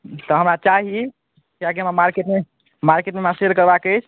तऽ हमरा चाही किएकि हमरा मार्केटमे मार्केटमे हमरा सेल करबाके अछि